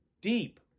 deep